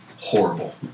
horrible